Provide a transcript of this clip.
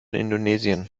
indonesien